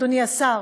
אדוני השר,